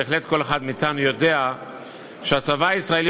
בהחלט כל אחד מאתנו יודע שהצבא הישראלי